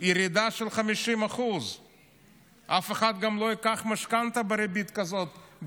ירידה של 50%. אף אחד גם לא ייקח משכנתא בריבית כזאת,